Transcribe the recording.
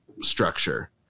structure